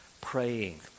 praying